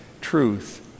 truth